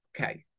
Okay